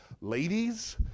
ladies